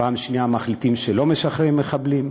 פעם שנייה מחליטים שלא משחררים מחבלים.